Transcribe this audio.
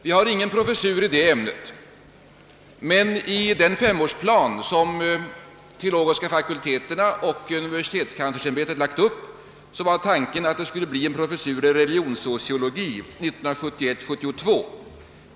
Vi har ingen professur i det ämnet, men enligt den femårsplan som teologiska fakulteterna och universitetskanslersämbetet lagt upp är tanken att det skulle bli en professur i religionssociologi 1971/72.